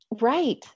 Right